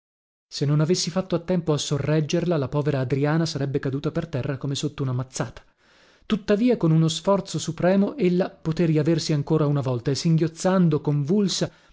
se non avessi fatto a tempo a sorreggerla la povera adriana sarebbe caduta per terra come sotto una mazzata tuttavia con uno sforzo supremo ella poté riaversi ancora una volta e singhiozzando convulsa